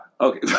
Okay